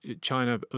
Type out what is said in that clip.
china